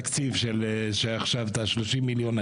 זקוקה לחמישה דונם.